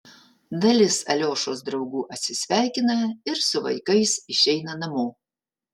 dalis aliošos draugų atsisveikina ir su vaikais išeina namo